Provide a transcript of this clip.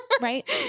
Right